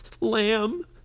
lamb